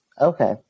Okay